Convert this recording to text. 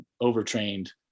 overtrained